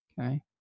Okay